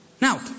Now